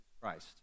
Christ